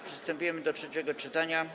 Przystępujemy do trzeciego czytania.